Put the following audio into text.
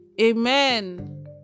Amen